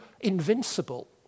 invincible